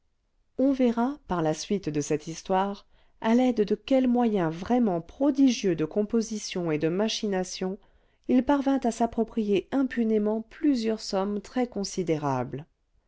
on verra par la suite de cette histoire à l'aide de quels moyens vraiment prodigieux de composition et de machination il parvint à s'approprier impunément plusieurs sommes